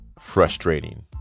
frustrating